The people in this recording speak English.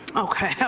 okay. yeah